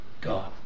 God